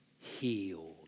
Healed